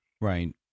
Right